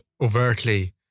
overtly